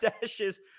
dashes